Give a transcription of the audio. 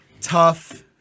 tough